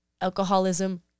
Alcoholism